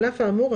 על אף האמור,